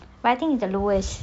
but I think is the lowest